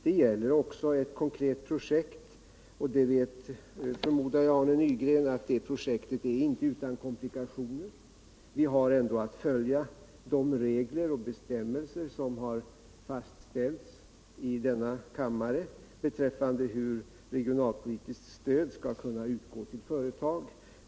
Det gäller också ett konkret projekt, och Arne Nygren vet, förmodar jag, att projektet inte är utan komplikationer. Vi har ändå att följa de regler och bestämmelser som fastställts i denna kammare beträffande hur regionalpolitiskt stöd skall kunna utgå till företag.